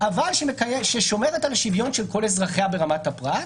אבל ששומרת על השוויון של כל אזרחיה ברמת הפרט,